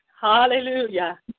Hallelujah